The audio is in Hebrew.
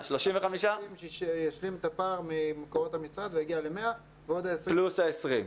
20 הוא הפער ממקורות המשרד להגיע ל-100 ועוד ה-20.